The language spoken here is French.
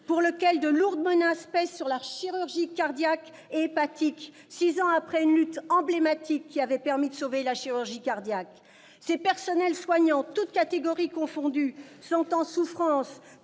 Créteil, de lourdes menaces pèsent sur les services de chirurgie cardiaque et hépatique, six ans après une lutte emblématique qui avait permis de sauver le premier. Ces personnels soignants, toutes catégories confondues, sont en souffrance,